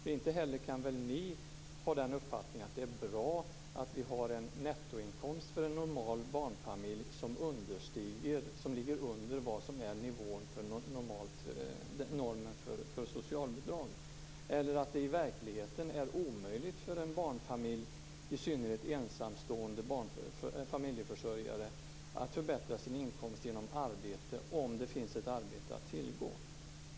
Ni kan väl inte heller ha den uppfattningen att det är bra att vi har en nettoinkomst för en normal barnfamilj som ligger under normen för socialbidrag eller att det i verkligheten är omöjligt för en barnfamilj, i synnerhet för ensamstående familjeförsörjare, att förbättra sin inkomst genom arbete om det finns ett arbete att tillgå.